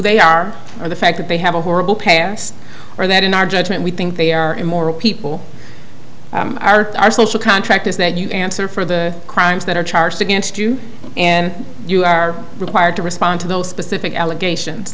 they are or the fact that they have a horrible past or that in our judgment we think they are immoral people are our social contract is that you answer for the crimes that are charged against you and you are required to respond to those specific allegations